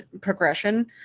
progression